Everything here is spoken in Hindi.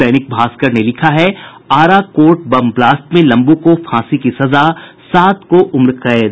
दैनिक भास्कर ने लिखा है आरा कोर्ट बम बलास्ट में लम्बू को फांसी की सजा सात को उम्रकैद